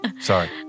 Sorry